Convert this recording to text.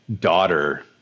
daughter